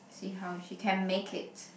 see how if she can make it